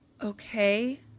Okay